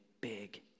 big